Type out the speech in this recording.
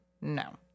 no